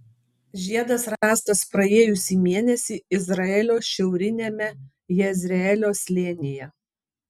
žiedas rastas praėjusį mėnesį izraelio šiauriniame jezreelio slėnyje